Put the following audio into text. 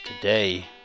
Today